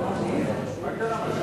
לרשותך,